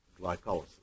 glycolysis